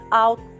out